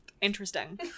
Interesting